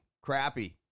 Crappy